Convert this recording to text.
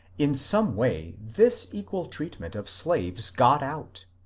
in some way this equal treatment of slaves got out,